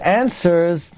answers